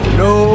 no